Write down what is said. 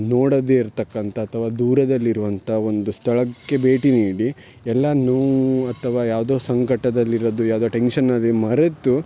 ನೋಡದೇ ಇರತಕ್ಕಂಥ ಅಥವಾ ದೂರದಲ್ಲಿ ಇರುವಂಥ ಒಂದು ಸ್ಥಳಕ್ಕೆ ಭೇಟಿ ನೀಡಿ ಎಲ್ಲ ನೋವು ಅಥವಾ ಯಾವುದೋ ಸಂಕಟದಲ್ಲಿರೋದು ಯಾವುದೊ ಟೆನ್ಶನಲ್ಲಿ ಮರೆತು